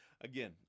Again